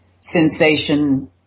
sensation